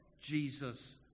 Jesus